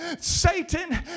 Satan